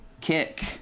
kick